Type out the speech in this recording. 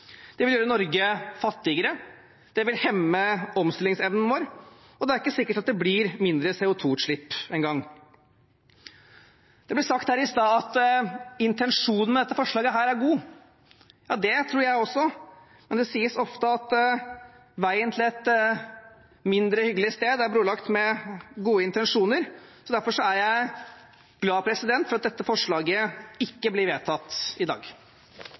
Det vil gjøre Norge fattigere, det vil hemme omstillingsevnen vår, og det er ikke engang sikkert at det blir mindre CO 2 -utslipp. Det ble sagt her i stad at intensjonen med dette forslaget er god. Det tror jeg også. Men det sies ofte at veien til et mindre hyggelig sted er brolagt med gode intensjoner. Derfor er jeg glad for at dette forslaget ikke blir vedtatt i dag.